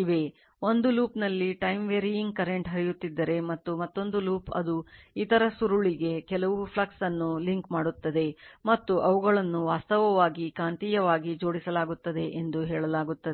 ಇವೆ ಒಂದು loop ನಲ್ಲಿ time varying ಕರೆಂಟ್ ಹರಿಯುತ್ತಿದ್ದರೆ ಮತ್ತು ಮತ್ತೊಂದು ಲೂಪ್ ಅದು ಇತರ ಸುರುಳಿಗೆ ಕೆಲವು ಫ್ಲಕ್ಸ್ ಅನ್ನು ಲಿಂಕ್ ಮಾಡುತ್ತದೆ ಮತ್ತು ಅವುಗಳನ್ನು ವಾಸ್ತವವಾಗಿ ಕಾಂತೀಯವಾಗಿ ಜೋಡಿಸಲಾಗುತ್ತದೆ ಎಂದು ಹೇಳಲಾಗುತ್ತದೆ